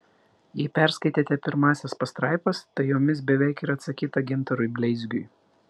jei perskaitėte pirmąsias pastraipas tai jomis beveik ir atsakyta gintarui bleizgiui